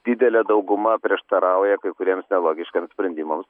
didelė dauguma prieštarauja kai kuriems nelogiškiems sprendimams